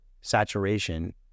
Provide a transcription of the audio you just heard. saturation